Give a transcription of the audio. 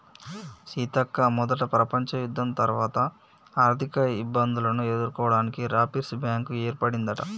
సీతక్క మొదట ప్రపంచ యుద్ధం తర్వాత ఆర్థిక ఇబ్బందులను ఎదుర్కోవడానికి రాపిర్స్ బ్యాంకు ఏర్పడిందట